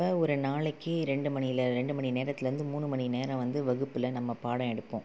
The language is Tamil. அப்போ ஒரு நாளைக்கு ரெண்டு மணியில் ரெண்டு மணி நேரத்திலருந்து மூணு மணி நேரம் வந்து வகுப்பில் நம்ம பாடம் எடுப்போம்